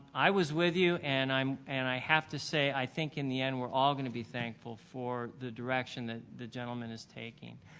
i was with you and i'm and i have to say i think in the end we're all going to be thankful for the direction that the gentleman is taking.